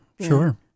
sure